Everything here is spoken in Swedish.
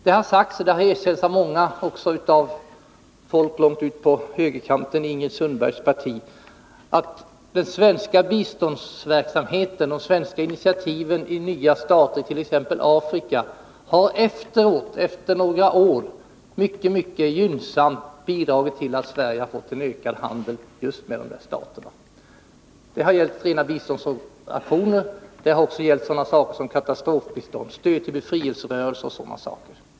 Det har också erkänts, även av folk långt ut på högerkanten i Ingrid Sundbergs parti, att den svenska biståndsverksamheten och de svenska initiativen i nya stater, t.ex. i Afrika, efter några år har mycket gynnsamt bidragit till att Sverige fått en ökad handel just med dessa stater. Det har gällt rena biståndsoperationer, och det har gällt katastrofbistånd, stöd till befrielserörelser och sådana saker.